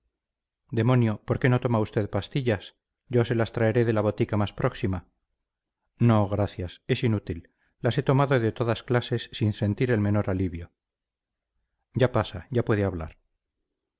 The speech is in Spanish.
demonio por qué no toma usted pastillas yo se las traeré de la botica más próxima no gracias es inútil las he tomado de todas clases sin sentir el menor alivio ya pasa ya puede hablar